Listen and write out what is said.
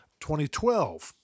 2012